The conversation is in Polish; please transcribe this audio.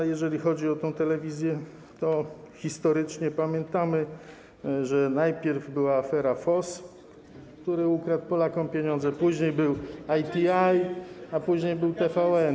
A jeżeli chodzi o tę telewizję, to historycznie pamiętamy, że najpierw była afera FOZZ, który ukradł Polakom pieniądze, później był ITI, a później był TVN.